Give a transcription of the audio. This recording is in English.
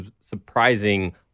surprising